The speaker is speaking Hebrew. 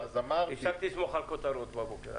הפסקתי לסמוך על כותרות בבוקר.